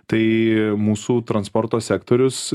tai mūsų transporto sektorius